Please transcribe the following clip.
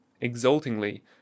exultingly